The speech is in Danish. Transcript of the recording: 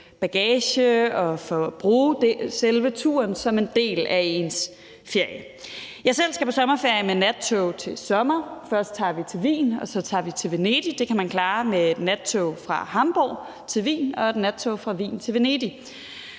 bagage og i forhold til at bruge selve turen som en del af ens ferie. Jeg skal selv på ferie med nattog til sommer. Først tager vi til Wien, og så tager vi til Venedig. Det kan man klare med et nattog fra Hamborg til Wien og et nattog fra Wien til Venedig.